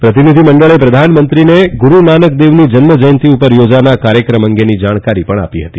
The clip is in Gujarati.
પ્રતિનિધી મંડળે પ્રધાનમંત્રીને ગુરૂનાનક દેવની જન્મજયંતી પર થોજાનારા કાર્યક્રમ અંગેની જાણકારી આપી હતી